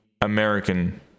american